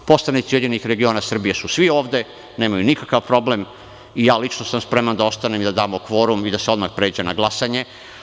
Poslanici URS su svi ovde, nemaju nikakav problem i ja sam lično spreman da ostanem i da damo kvorum i da se odmah pređe na glasanje.